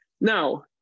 Now